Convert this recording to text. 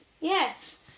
Yes